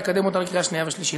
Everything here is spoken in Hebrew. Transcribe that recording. יקדם אותה לקריאה שנייה ושלישית.